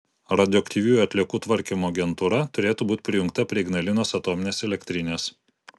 radioaktyviųjų atliekų tvarkymo agentūra turėtų būti prijungta prie ignalinos atominės elektrinės